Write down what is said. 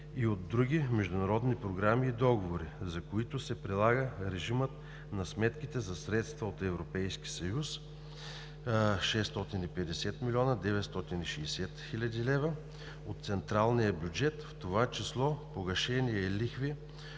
и от други международни програми и договори, за които се прилага режимът на сметките за средства от Европейския съюз, 650 млн. 960 хил. лв. – от централния бюджет, в това число погашения и лихви